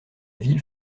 ville